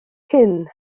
hyn